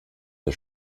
der